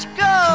go